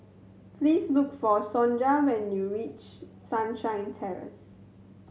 please look for Sonja when you reach Sunshine Terrace